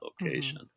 location